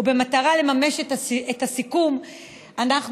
ובמטרה לממש את הסיכום אנחנו,